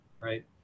right